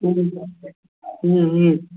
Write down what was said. ह्म् ह्म् ह्म्